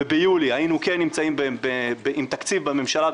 וביולי היינו כן נמצאים עם תקציב בממשלה,